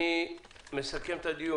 אני מסכם כך את הדיון: